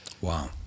Wow